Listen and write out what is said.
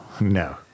no